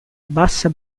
bassa